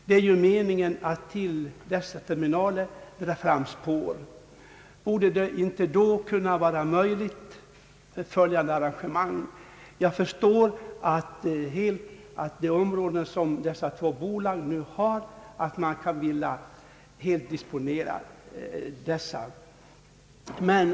Det är ju meningen att föra fram spår till dessa terminaler, och jag förstår att de två bolag jag talat om i min interpellation vill helt disponera dessa för sin egen del.